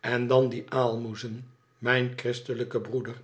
en dan die aalmoezen mijn christelijke broeder